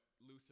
Luther